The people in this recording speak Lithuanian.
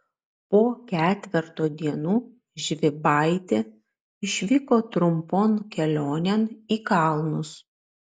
po ketverto dienų žvybaitė išvyko trumpon kelionėn į kalnus